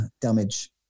damage